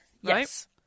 Yes